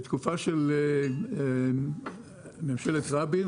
בתקופה של ממשלת רבין,